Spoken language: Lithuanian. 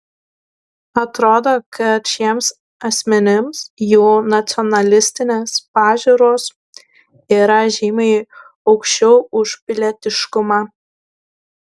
atrodo kad šiems asmenims jų nacionalistinės pažiūros yra žymiai aukščiau už pilietiškumą